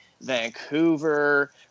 Vancouver